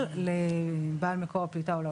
בין זה לבין ה-BAT המיטבי ומדוע הוא לא